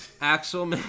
Axel